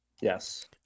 yes